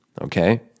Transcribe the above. okay